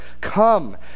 Come